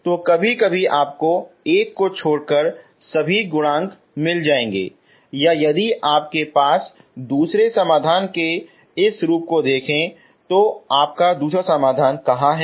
तो कभी कभी आपको एक को छोड़कर सभी गुणांक मिल जाएंगे या यदि आप दूसरे समाधान के इस रूप को देखते हैं तो आपका दूसरा समाधान कहां है